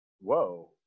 whoa